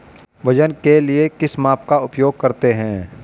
वजन के लिए किस माप का उपयोग करते हैं?